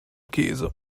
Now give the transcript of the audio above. käse